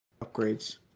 upgrades